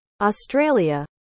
Australia